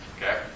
okay